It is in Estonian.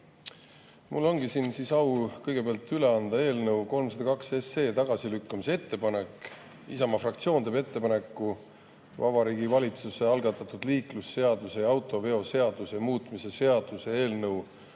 Mul on au kõigepealt üle anda eelnõu 302 tagasilükkamise ettepanek. Isamaa fraktsioon teeb ettepaneku Vabariigi Valitsuse algatatud liiklusseaduse ja autoveoseaduse muutmise seaduse eelnõu